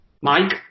Mike